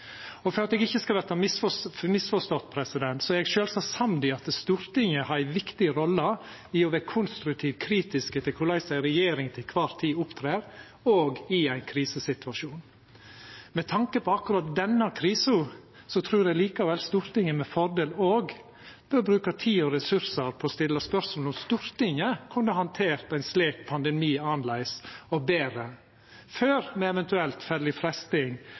For at eg ikkje skal verta misforstått: Eg er sjølvsagd samd i at Stortinget har ei viktig rolle i å vera konstruktivt kritiske til korleis ei regjering heile tida opptrer, òg i ein krisesituasjon. Med tanke på akkurat denne krisa trur eg likevel Stortinget med fordel òg bør bruka tid og ressursar på å stilla spørsmål om Stortinget kunne handtert ein slik pandemi annleis og betre, før me eventuelt